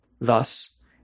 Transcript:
Thus